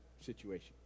situation